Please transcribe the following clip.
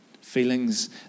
feelings